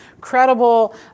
credible